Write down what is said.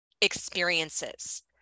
experiences